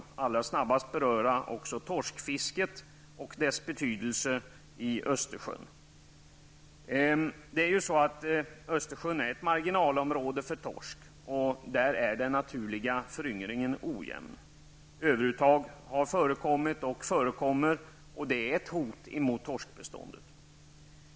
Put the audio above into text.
Jag vill som hastigast beröra också torskfisket och dess betydelse i Östersjön. Östersjön är ett marginalområde för torsk, och den naturliga föryngringen är där ojämn. Överuttag har förekommit och förekommer, och det är ett hot mot torskbeståndet.